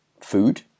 food